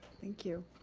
thank you.